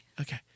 Okay